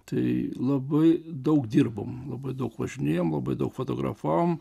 tai labai daug dirbom labai daug važinėjom labai daug fotografavom